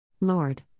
Lord